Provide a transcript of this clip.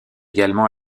également